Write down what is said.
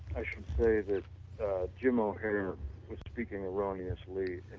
i should say that jim o'heir was speaking erroneously and